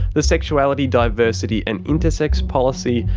the sexuality, diversity and intersex policy,